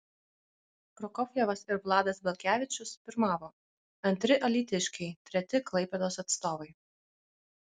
prokofjevas ir vladas belkevičius pirmavo antri alytiškiai treti klaipėdos atstovai